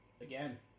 again